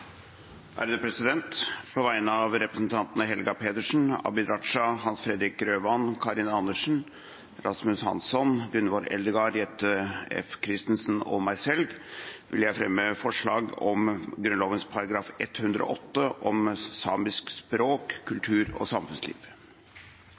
et grunnlovsforslag. På vegne av representantene Helga Pedersen, Abid Q. Raja, Hans Fredrik Grøvan, Karin Andersen, Rasmus Hansson, Gunvor Eldegard, Jette F. Christensen og meg selv vil jeg fremme forslag om endring av Grunnloven § 108 om samisk språk,